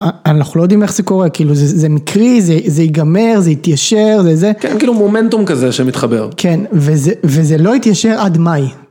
אנחנו לא יודעים איך זה קורה, כאילו זה זה מקרי, זה זה ייגמר, זה יתיישר, זה זה. כן, כאילו מומנטום כזה שמתחבר. כן, וזה וזה לא יתיישר עד מאי.